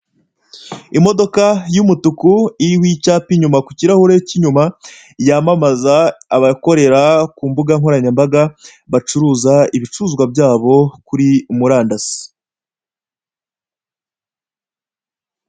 Imodoka y'umutuku iriho icyapa inyuma ku kirahure k'inyuma yamamaza abakorera ku mbugankoranyambaga bacuruza ibicuruzwa byabo kuri murandasi.